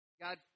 God